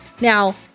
Now